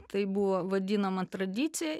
tai buvo vadinama tradicija